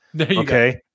Okay